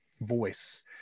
voice